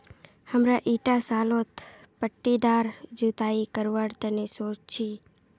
हमरा ईटा सालत पट्टीदार जुताई करवार तने सोच छी